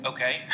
Okay